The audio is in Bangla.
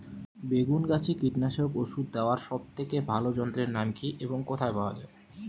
বেগুন গাছে কীটনাশক ওষুধ দেওয়ার সব থেকে ভালো যন্ত্রের নাম কি এবং কোথায় পাওয়া যায়?